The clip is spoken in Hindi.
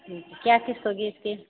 क्या किश्त होगी इसकी